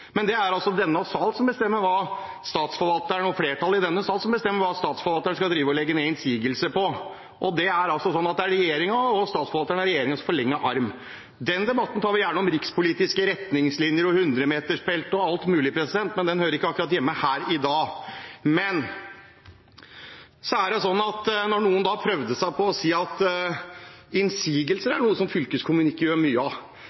Men det er flertallet i denne salen som bestemmer hva Statsforvalteren skal komme med innsigelser til, og Statsforvalteren er regjeringens forlengende arm. Den debatten, om rikspolitiske retningslinjer, hundremetersfelt og alt mulig, tar vi gjerne, men den hører ikke hjemme her i dag. Noen prøvde seg på å si at innsigelser er noe som fylkeskommunen ikke gjør mye av.